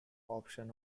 option